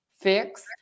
fix